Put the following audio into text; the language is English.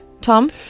Tom